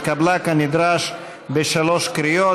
התקבלה כנדרש בשלוש קריאות.